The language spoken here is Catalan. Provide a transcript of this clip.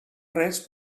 res